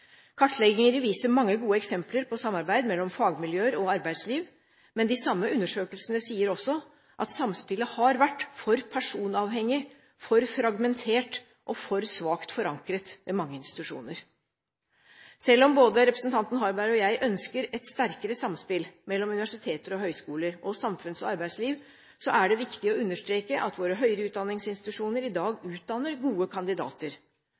Kartlegginger viser mange gode eksempler på samarbeid mellom fagmiljøer og arbeidsliv. Men de samme undersøkelsene sier også at samspillet har vært for personavhengig, for fragmentert og for svakt forankret ved mange institusjoner. Selv om både representanten Harberg og jeg ønsker et sterkere samspill mellom universiteter og høyskoler og samfunns- og arbeidsliv, er det viktig å understreke at våre høyere utdanningsinstitusjoner i dag utdanner gode kandidater.